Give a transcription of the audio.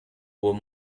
were